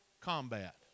combat